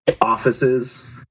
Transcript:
offices